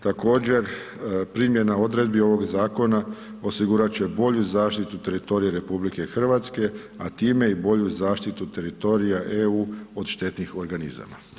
Također primjena odredbi ovog zakona osigurat će bolju zaštitu teritorija RH, a time i bolju zaštitu teritorija EU od štetnih organizama.